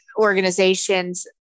organizations